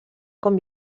com